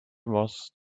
was